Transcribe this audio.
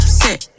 sit